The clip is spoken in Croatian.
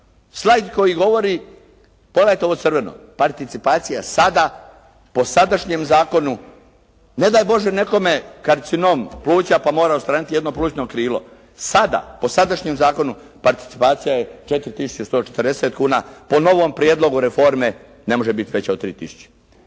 Slajd koji govori, pogledajte ovo crveno, participacija sada po sadašnjem zakonu, ne daj Bože nekome karcinom pluća pa mora odstraniti jedno plućno krilo. Sada po sadašnjem zakonu participacija je 4.140,00 kuna, po novom prijedlogu reforme ne može biti veća od 3